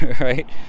right